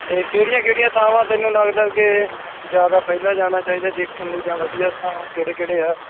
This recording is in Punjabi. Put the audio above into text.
ਅਤੇ ਕਿਹੜੀਆਂ ਕਿਹੜੀਆਂ ਥਾਵਾਂ ਤੈਨੂੰ ਲੱਗਦਾ ਕਿ ਜ਼ਿਆਦਾ ਪਹਿਲਾਂ ਜਾਣਾ ਚਾਹੀਦਾ ਦੇਖਣ ਲਈ ਜਾਂ ਵਧੀਆ ਥਾਂ ਕਿਹੜੇ ਕਿਹੜੇ ਆ